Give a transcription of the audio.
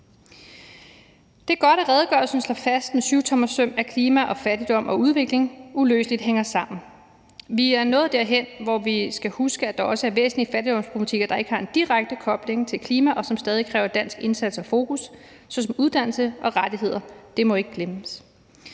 Det er godt, at redegørelsen slår fast med syvtommersøm, at klima, fattigdom og udvikling hænger uløseligt sammen. Vi er nået derhen, hvor vi skal huske, at der også er væsentlige fattigdomsproblematikker, der ikke har en direkte kobling til klima, og som stadig kræver dansk indsats og fokus, såsom uddannelse og rettigheder; det må ikke glemmes.